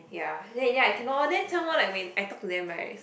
ya then in the end I cannot orh then some more when I talk to them right